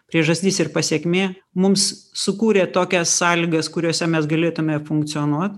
priežastis ir pasekmė mums sukūrė tokias sąlygas kuriose mes galėtume funkcionuot